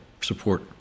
support